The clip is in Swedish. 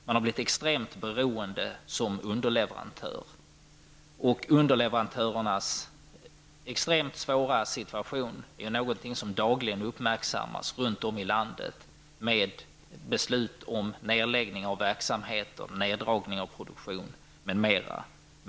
Man har blivit extremt beroende som underleverantör. Underleverantörernas extremt svåra situation är någonting som dagligen uppmärksammas runt om i landet med beslut om nedläggning av verksamheter, neddragning av produktion m.m.